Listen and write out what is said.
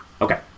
Okay